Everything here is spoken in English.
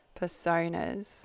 personas